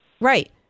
Right